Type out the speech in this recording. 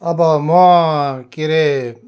अब म के अरे